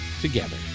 together